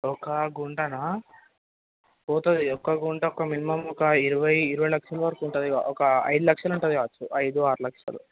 ఒక గుంటనా పోతుంది ఒక గుంట ఒక మినిమం ఒక ఇరవై ఇరవై లక్షల వరకు ఉంటుంది ఒక ఐదు లక్షలు ఉంటుంది కావచ్చు ఐదు ఆరు లక్షలు